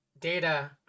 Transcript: data